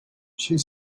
she